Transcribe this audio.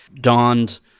donned